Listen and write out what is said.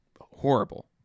horrible